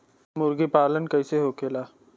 मुर्गी पालन कैसे होखेला?